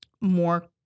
more